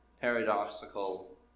paradoxical